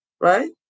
right